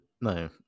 No